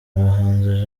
abahanzi